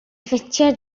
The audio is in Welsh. ffitio